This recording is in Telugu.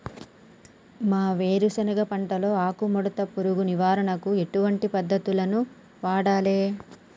మా వేరుశెనగ పంటలో ఆకుముడత పురుగు నివారణకు ఎటువంటి పద్దతులను వాడాలే?